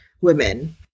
women